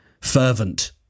fervent